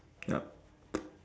yup